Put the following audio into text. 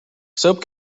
soap